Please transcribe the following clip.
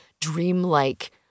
dreamlike